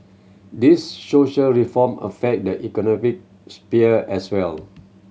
these social reform affect the economic sphere as well